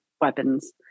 weapons